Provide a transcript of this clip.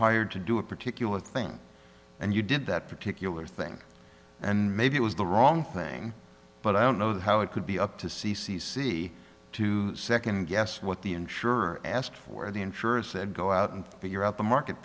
hired to do a particular thing and you did that particular thing and maybe it was the wrong thing but i don't know how it could be up to c c c to second guess what the insurer asked for the insurance said go out and figure out the market